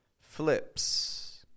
flips